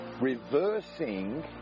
reversing